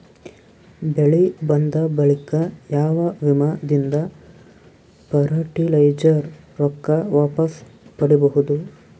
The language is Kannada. ಬೆಳಿ ಬಂದ ಬಳಿಕ ಯಾವ ವಿಮಾ ದಿಂದ ಫರಟಿಲೈಜರ ರೊಕ್ಕ ವಾಪಸ್ ಪಡಿಬಹುದು?